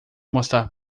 mostrar